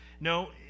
No